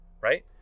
right